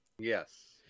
Yes